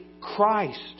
Christ